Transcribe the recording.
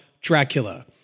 Dracula